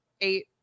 eight